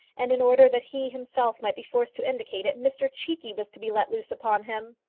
and in order that he himself might be forced to indicate it, mr cheekey was to be let loose upon him!